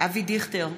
אבי דיכטר,